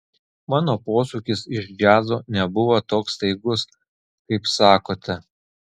mano posūkis iš džiazo nebuvo toks staigus kaip sakote